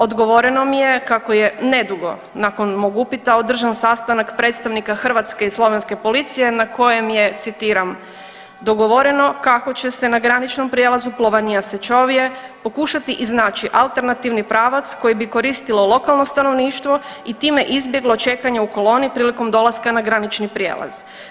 Odgovoreno mi je kako je nedugo nakon mog upita održan sastanak predstavnika hrvatske i slovenske policije na kojem je citiram dogovoreno kako će se na graničnom prijelazu Plovanija – Sečovje pokušati pronaći iznaći alternativni pravac koje bi koristilo lokalno stanovništvo i time izbjeglo čekanje u kolni prilikom dolaska na granični prijelaz.